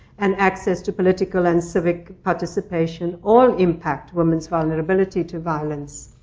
and access to political and civic participation all impact women's vulnerability to violence.